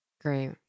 Great